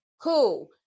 cool